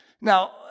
Now